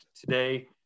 today